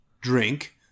drink